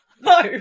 No